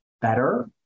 better